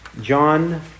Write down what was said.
John